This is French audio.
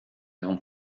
avons